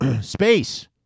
Space